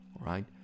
Right